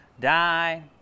die